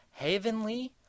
Havenly